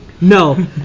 No